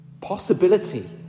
possibility